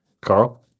Carl